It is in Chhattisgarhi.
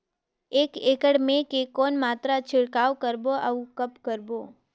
एक एकड़ मे के कौन मात्रा छिड़काव करबो अउ कब करबो?